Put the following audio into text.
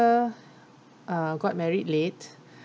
uh got married late